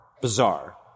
bizarre